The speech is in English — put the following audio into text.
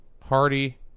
Hardy